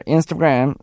Instagram